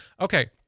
Okay